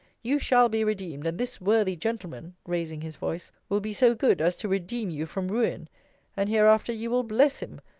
you shall be redeemed, and this worthy gentleman, raising his voice, will be so good as to redeem you from ruin and hereafter you will bless him,